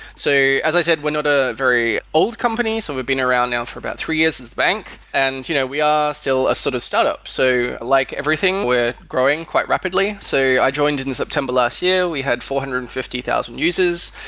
so, as i said, we're not ah very old company. so we've been around now for about three years as a bank, and you know we are still a sort of startup. so like everything, we're growing quite rapidly. so i joined in september last year. we had four hundred and fifty thousand users.